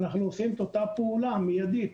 אנחנו עושים את אותה פעולה מיידית.